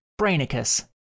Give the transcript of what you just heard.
Brainicus